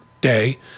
day